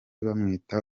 bamwita